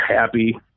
happy